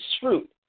fruit